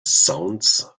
sounds